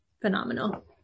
phenomenal